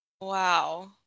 Wow